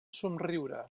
somriure